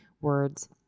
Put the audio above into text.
words